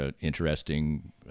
interesting